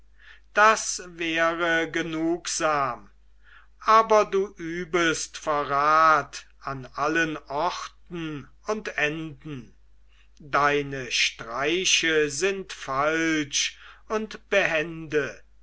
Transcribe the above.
das wäre genugsam aber du übest verrat an allen orten und enden deine streiche sind falsch und behende